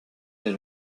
des